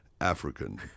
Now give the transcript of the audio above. African